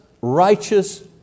righteous